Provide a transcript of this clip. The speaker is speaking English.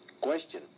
question